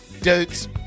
Dudes